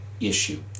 issue